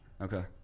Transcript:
Okay